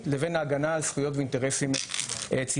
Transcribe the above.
לבין ההגנה על זכויות ואינטרסים ציבוריים.